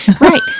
Right